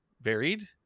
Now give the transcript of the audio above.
varied